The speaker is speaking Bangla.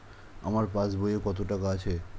আমার পাস বইয়ে কত টাকা আছে?